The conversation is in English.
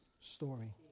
story